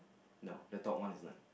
no the one is not